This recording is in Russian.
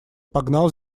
погнал